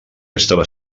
estava